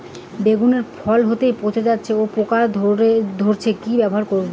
বেগুনের ফল হতেই পচে যাচ্ছে ও পোকা ধরছে কি ব্যবহার করব?